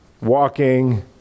walking